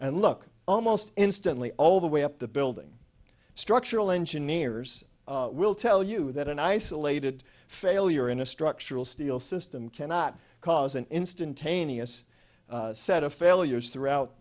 and look almost instantly all the way up the building structural engineers will tell you that an isolated failure in a structural steel system cannot cause an instantaneous set of failures throughout